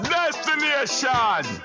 Destination